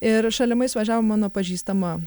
ir šalimais važiavo mano pažįstama